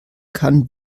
kann